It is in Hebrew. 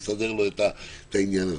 ונסדר לו את העניין הזה.